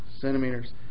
centimeters